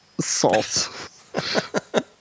Salt